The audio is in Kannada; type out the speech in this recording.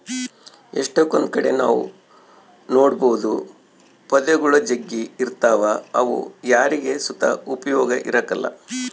ಎಷ್ಟಕೊಂದ್ ಕಡೆ ನಾವ್ ನೋಡ್ಬೋದು ಪೊದೆಗುಳು ಜಗ್ಗಿ ಇರ್ತಾವ ಅವು ಯಾರಿಗ್ ಸುತ ಉಪಯೋಗ ಇರಕಲ್ಲ